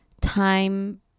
time